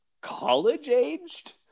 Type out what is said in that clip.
college-aged